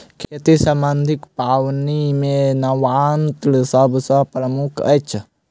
खेती सम्बन्धी पाबनि मे नवान्न सभ सॅ प्रमुख अछि